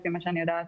לפי מה שאני יודעת.